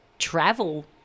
travel